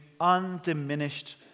undiminished